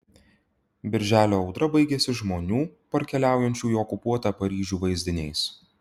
birželio audra baigiasi žmonių parkeliaujančių į okupuotą paryžių vaizdiniais